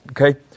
Okay